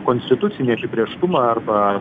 konstitucinį apibrėžtumą arba